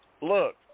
look